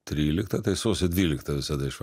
trylikta tai sausio dvyliktą visada iš